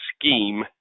scheme